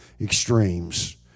extremes